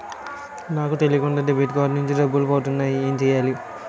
నాకు తెలియకుండా debit card నుంచి డబ్బులు పోతున్నాయి ఎం చెయ్యాలి?